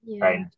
right